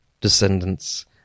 descendants